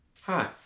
Hi